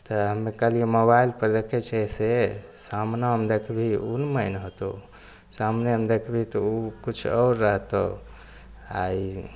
तऽ हमे कहलियै मोबाइल पर देखै छही से सामनेमे देखभी ओ ने मैन होतौ सामनेमे देखभी तऽ ओ किछु आओर रहतौ आ ई